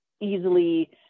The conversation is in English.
easily